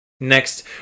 Next